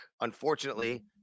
unfortunately